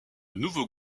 nouveau